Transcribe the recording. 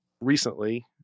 recently